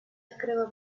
открыла